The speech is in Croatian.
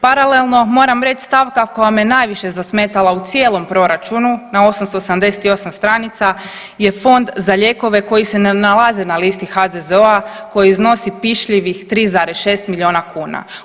Paralelno moram reći stavka koja me najviše zasmetala u cijelom proračunu na 878 stranica je Fond za lijekove koji se ne nalazi na listi HZZO koji iznosi 3,6 milijuna kuna.